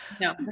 No